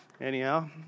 Anyhow